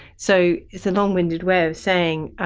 so it's a long-winded way of saying,